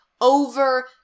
over